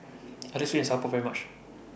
I like Sweet and Sour Pork very much